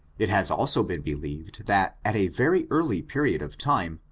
it has also been believed, that, at a very early period of time,